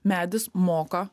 medis moka